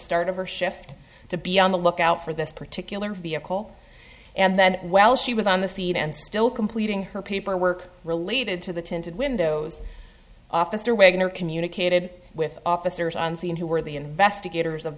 start of her shift to be on the lookout for this particular vehicle and then while she was on the scene and still completing her peeper work related to the tinted windows officer wagner communicated with officers on scene who were the investigators of